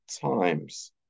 times